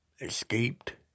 escaped